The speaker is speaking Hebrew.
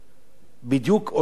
בדיוק אותו הדבר כאן.